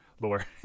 lore